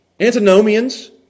Antinomians